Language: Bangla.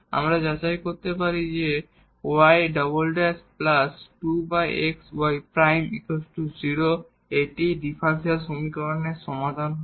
আমরা যাচাই করতে পারি যে এটি এই ডিফারেনশিয়াল সমীকরণের সমাধান হবে